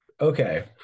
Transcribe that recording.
okay